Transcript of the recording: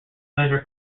measure